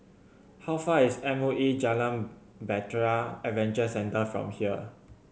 how far is M O E Jalan Bahtera Adventure Centre from here